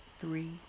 three